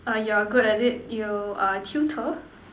uh you're good at it you are tutor